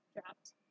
dropped